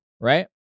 right